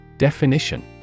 Definition